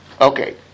Okay